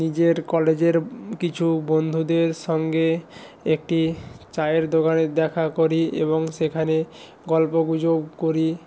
নিজের কলেজের কিছু বন্ধুদের সঙ্গে একটি চায়ের দোকানে দেখা করি এবং সেখানে গল্পগুজব করি